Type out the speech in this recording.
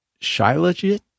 shilajit